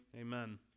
Amen